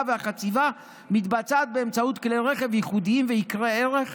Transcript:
והחציבה מתבצעת באמצעות כלי רכב ייחודיים ויקרי ערך,